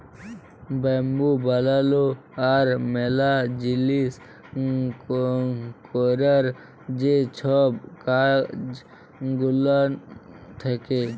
bamboo বালালো আর ম্যালা জিলিস ক্যরার যে ছব কাজ গুলান থ্যাকে